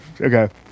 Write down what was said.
Okay